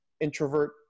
introvert